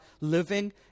living